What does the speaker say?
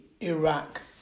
Iraq